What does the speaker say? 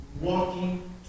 walking